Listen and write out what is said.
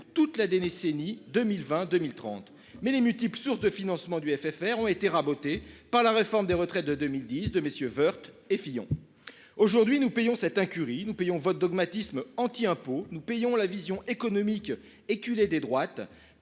toute la décennie 2022 1030 mais les multiples sources de financement du FFR ont été rabotées par la réforme des retraites de 2010 de messieurs Woerth et Fillon aujourd'hui nous payons cette incurie. Nous payons votre dogmatisme anti-impôt. Nous payons la vision économique éculée des droites.